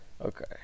Okay